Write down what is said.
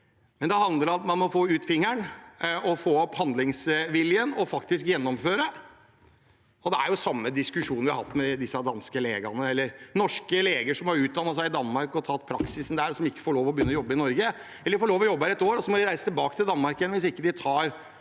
men det handler om at man må få ut fingeren, få opp handlingsviljen og faktisk gjennomføre. Det er den samme diskusjonen vi har hatt om norske leger som har utdannet seg i Danmark og tatt praksisen der, og som ikke får lov til å begynne å jobbe i Norge – eller: De får lov til å jobbe her i et år, og så må de reise tilbake til Danmark igjen hvis de ikke tar LIS1